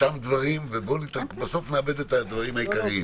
בסתם דברים ובסוף נאבד את הדברים העיקריים.